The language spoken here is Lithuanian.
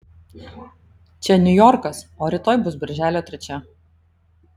čia niujorkas o rytoj bus birželio trečia